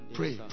Pray